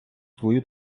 твою